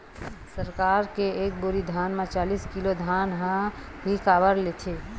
सरकार एक बोरी धान म चालीस किलोग्राम धान ल ही काबर लेथे?